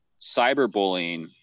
cyberbullying